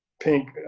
pink